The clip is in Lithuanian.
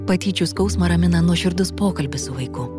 patyčių skausmą ramina nuoširdus pokalbis su vaiku